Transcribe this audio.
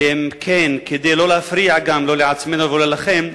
ואם כן, כדי לא להפריע, גם לא לעצמנו ולא לכם,